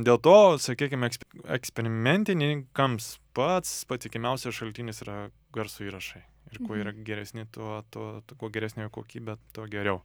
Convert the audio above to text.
dėl to sakykim eksp eksperimentinkams pats patikimiausias šaltinis yra garso įrašai ir kuo yra geresni tuo tuo kuo geresnė jo kokybė tuo geriau